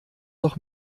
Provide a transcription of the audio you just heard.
doch